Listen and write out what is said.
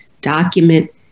document